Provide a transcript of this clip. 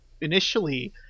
initially